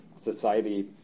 society